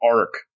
arc